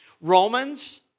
Romans